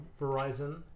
Verizon